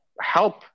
help